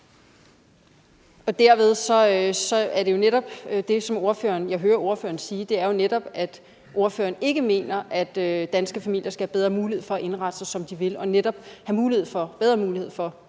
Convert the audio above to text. Dermed er det jo netop det, jeg hører ordføreren sige, nemlig at ordføreren ikke mener, at danske familier skal have bedre mulighed for at indrette sig, som de vil, og have bedre mulighed for at lade en